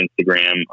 Instagram